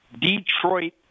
Detroit